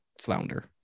flounder